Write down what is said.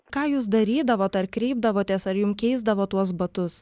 ką jūs darydavot ar kreipdavotės ar jums keisdavo tuos batus